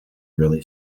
really